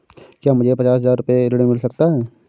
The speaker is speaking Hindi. क्या मुझे पचास हजार रूपए ऋण मिल सकता है?